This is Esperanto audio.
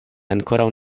ankoraŭ